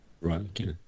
Right